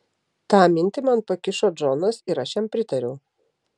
tą minti man pakišo džonas ir aš jam pritariau